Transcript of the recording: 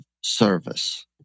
service